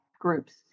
groups